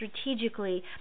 strategically